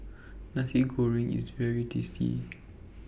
Nasi Goreng IS very tasty